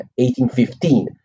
1815